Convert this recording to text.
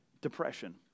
depression